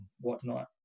whatnot